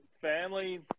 family